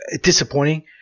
Disappointing